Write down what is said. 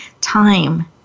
time